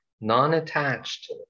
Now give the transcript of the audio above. non-attached